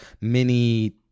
mini